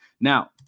Now